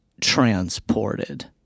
transported